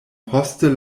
poste